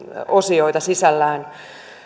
osioita sisällään